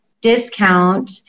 discount